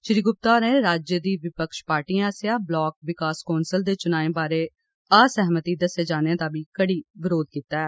श्री गुप्ता होरें राज्य दी विपक्ष पार्टिएं आस्सेआ ब्लाक विकास कौँसल दे चुनाएं बारे असैहमति दस्से जाने दा बी कड़ा विरोध कीता ऐ